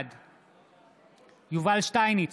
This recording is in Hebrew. בעד יובל שטייניץ,